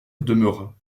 demeura